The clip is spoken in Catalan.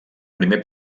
primer